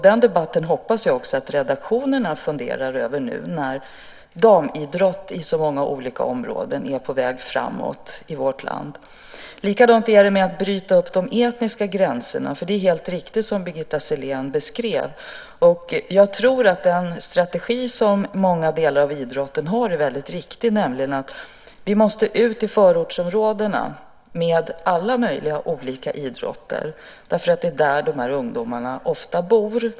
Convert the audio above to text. Den debatten hoppas jag också att redaktioner funderar över nu när damidrott är på väg framåt på så många olika områden i vårt land. Likadant är det när det gäller att bryta upp de etniska gränserna. Det är helt riktigt som Birgitta Sellén beskrev det. Jag tror att den strategi som stora delar av idrotten har är väldigt riktig. Det handlar om att vi måste ut i förortsområdena med alla möjliga olika idrotter, eftersom det är där de här ungdomarna ofta bor.